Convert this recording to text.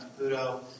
Caputo